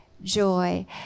joy